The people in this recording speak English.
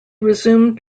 resumed